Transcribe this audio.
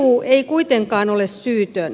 eu ei kuitenkaan ole syytön